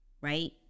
right